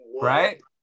Right